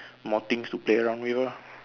more things to play around with lor